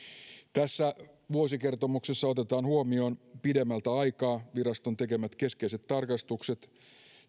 tässä vuosikertomuksessa otetaan huomioon pidemmältä aikaa viraston tekemät keskeiset tarkastukset